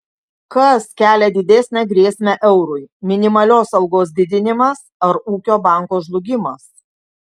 kas kelia didesnę grėsmę eurui minimalios algos didinimas ar ūkio banko žlugimas